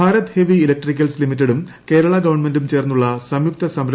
Bharat heavy electricals ലിമിറ്റഡും കേരള ഗവൺമെന്റും ചേർന്നുള്ള സംയുക്ത സംരംഭമായ ഭെൽ ഇ